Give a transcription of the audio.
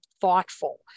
thoughtful